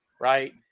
right